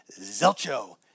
Zelcho